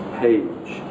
page